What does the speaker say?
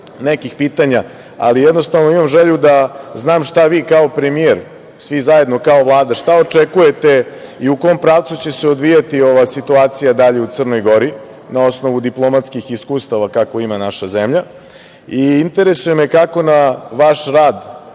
nekoliko pitanja, jednostavno imam želju da znam šta vi kao premijer, svi zajedno kao Vlada, šta očekujete i u kom pravcu će se odvijati ova situacija dalje u Crnoj Gori, na osnovu diplomatskih iskustava, kakve ima naša zemlja? Interesuje me kako na vaš rad